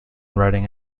writing